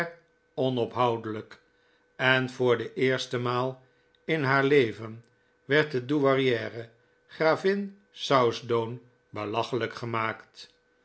onophoudelijk en voor de eerste maal in haar leven werd de douairiere gravin southdown belachelijk gemaakt